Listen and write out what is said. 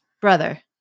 brother